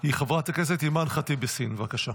היא חברת הכנסת אימאן ח'טיב יאסין, בבקשה.